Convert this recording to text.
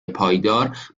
پایدار